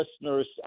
listeners